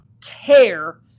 tear